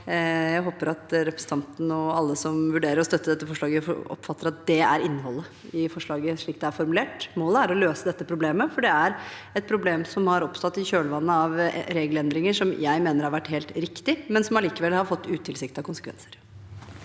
og alle som vurderer å støtte dette forslaget, oppfatter at dette er innholdet i forslaget slik det er formulert. Målet er å løse dette problemet, for det er et problem som har oppstått i kjølvannet av regelendringer som jeg mener har vært helt riktig, men som allikevel har fått utilsiktede konsekvenser.